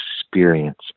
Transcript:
experience